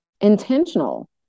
intentional